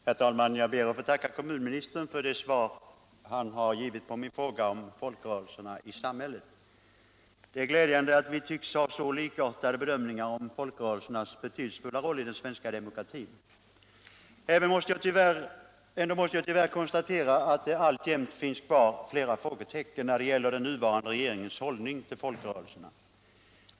Herr talman! Jag ber att få tacka kommunministern för det svar han givit på min interpellation om folkrörelsernas roll i samhället. Det är glädjande att vi tycks ha så likartade uppfattningar om folkrörelsernas betydelsefulla roll i den svenska demokratin. Ändå måste jag tyvärr konstatera att det alltjämt finns flera frågetecken kvar när det gäller den nuvarande regeringens hållning till folkrörelserna.